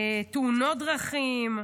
תאונות דרכים.